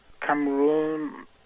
Cameroon